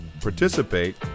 participate